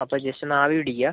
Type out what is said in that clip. അപ്പോൾ ജസ്റ്റ് ഒന്ന് ആവി പിടിക്കുക